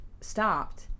stopped